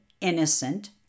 innocent